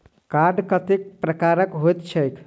Card कतेक प्रकारक होइत छैक?